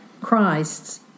Christ's